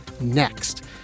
next